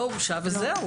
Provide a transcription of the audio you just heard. לא הורשע וזהו.